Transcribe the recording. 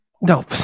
no